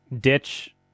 ditch